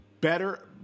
better